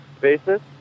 basis